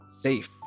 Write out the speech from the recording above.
Safe